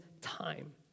time